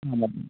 ആ മതി